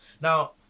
now